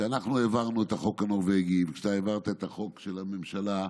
כשאנחנו העברנו את החוק הנורבגי וכשאתה העברת את החוק של הממשלה,